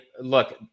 look